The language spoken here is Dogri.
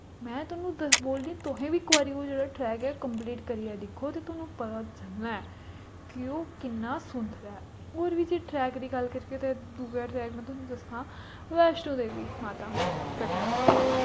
में थोआनूं द बोलनी तुसें वी इक वारि ओह् जेह्ड़ा ट्रैक ऐ कंपलीट करियै दिक्खो ते थोआनूं पता चलना ऐ कि ओह् किन्ना सुंदर ऐ होर वी जे ट्रैक दी गल्ल करगे ते दुआ ट्रैक में थोआनूं दस्सां वैश्णों देवी माता कटरा